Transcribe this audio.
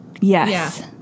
Yes